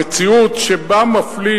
המציאות שבה מפלים,